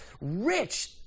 rich